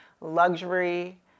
luxury